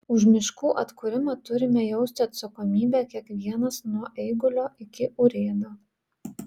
už miškų atkūrimą turime jausti atsakomybę kiekvienas nuo eigulio iki urėdo